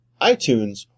iTunes